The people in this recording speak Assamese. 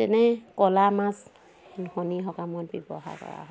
তেনে ক'লা মাছ শনি সকামত ব্যৱহাৰ কৰা হয়